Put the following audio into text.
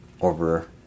over